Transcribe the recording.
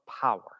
power